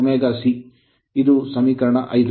ಆದ್ದರಿಂದ ಇದು ಸಮೀಕರಣ 5